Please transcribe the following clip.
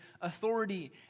authority